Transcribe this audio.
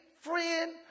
friend